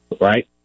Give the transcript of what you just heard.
right